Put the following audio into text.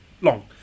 long